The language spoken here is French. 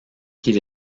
qu’il